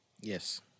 Yes